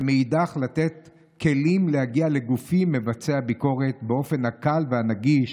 ומאידך לתת כלים להגיע לגופים מבצעי הביקורת באופן הקל והנגיש,